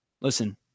listen